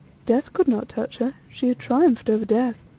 death could not touch her she had triumphed over death.